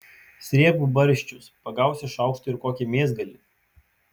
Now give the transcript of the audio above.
srėbk barščius pagausi šaukštu ir kokį mėsgalį